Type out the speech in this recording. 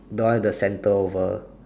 door the centre over